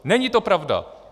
Není to pravda.